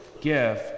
Give